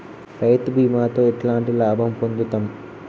రైతు బీమాతో ఎట్లాంటి లాభం పొందుతం?